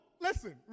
listen